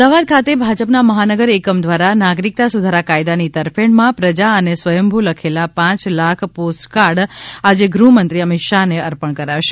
અમદાવાદ ખાતે ભાજપના મહાનગર એકમ દ્વારા નાગરિકતા સુધારા કાયદા ની તરફેણ માં પ્રજા એ સ્વયંભૂ લખેલા પાંચલાખ પોસ્ટકાર્ડ આજે ગૃહ મંત્રી અમિત શાહ ને અર્પણ કરાશે